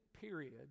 period